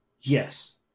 Yes